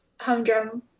Humdrum